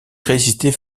résister